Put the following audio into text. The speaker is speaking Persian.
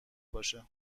باشه